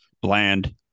Bland